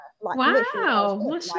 wow